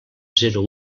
zero